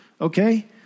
Okay